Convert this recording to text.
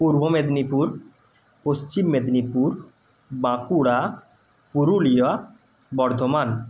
Purba Medinipur Paschim Medinipur Bankura Purulia Bardhaman